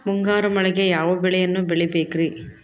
ಮುಂಗಾರು ಮಳೆಗೆ ಯಾವ ಬೆಳೆಯನ್ನು ಬೆಳಿಬೇಕ್ರಿ?